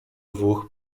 dwóch